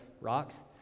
rocks